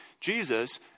Jesus